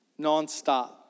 nonstop